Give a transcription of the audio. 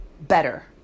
better